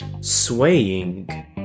Swaying